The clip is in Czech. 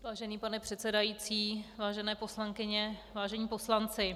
Vážený pane předsedající, vážené poslankyně, vážení poslanci.